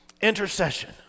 Intercession